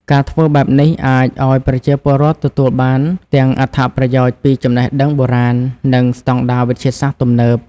ការធ្វើបែបនេះ អាចឲ្យប្រជាពលរដ្ឋទទួលបានទាំងអត្ថប្រយោជន៍ពីចំណេះដឹងបុរាណ និងស្តង់ដារវិទ្យាសាស្ត្រទំនើប។